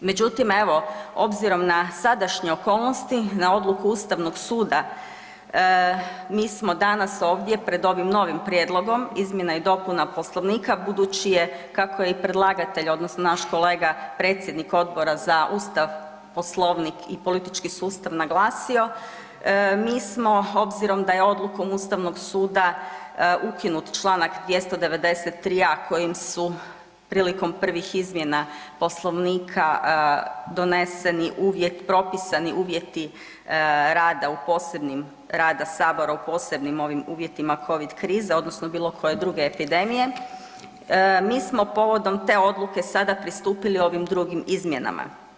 Međutim, evo obzirom na sadašnje okolnosti, na odluku ustavnog suda mi smo danas ovdje pred ovim novim prijedlogom izmjena i dopuna Poslovnika budući je, kako je i predlagatelj odnosno naš kolega predsjednik Odbora za Ustav, Poslovnik i politički sustav naglasio, mi smo obzirom da je odlukom ustavnog suda ukinut čl. 293., a kojim su prilikom prvih izmjena Poslovnika doneseni uvjet, propisani uvjeti rada u posebnim, rada sabora u posebnim ovim uvjetima covid krize odnosno bilo koje druge epidemije, mi smo povodom te odluke sada pristupili ovim drugim izmjenama.